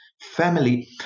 family